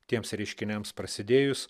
tiems reiškiniams prasidėjus